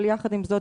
אבל יחד עם זאת,